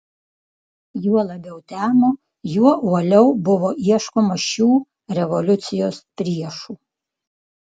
juo labiau temo juo uoliau buvo ieškoma šių revoliucijos priešų